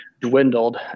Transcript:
dwindled